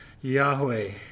Yahweh